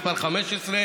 מכובדיי השרים,